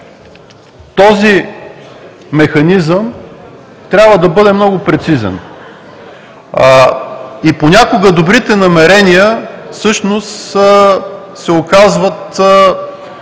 този механизъм трябва да бъде много прецизен. Понякога добрите намерения всъщност се оказват